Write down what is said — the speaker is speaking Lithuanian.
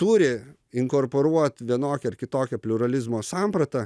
turi inkorporuot vienokią ar kitokią pliuralizmo sampratą